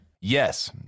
Yes